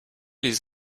les